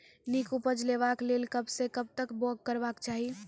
नीक उपज लेवाक लेल कबसअ कब तक बौग करबाक चाही?